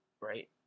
right